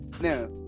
now